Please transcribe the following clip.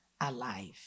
alive